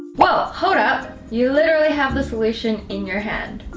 whoa! hold up, you literally have the solution in your hand.